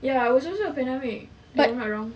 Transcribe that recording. ya was also a pandemic if I'm not wrong